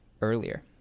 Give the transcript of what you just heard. earlier